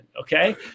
okay